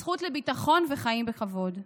הזכות לביטחון וחיים בכבוד.